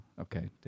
Okay